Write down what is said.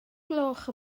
gloch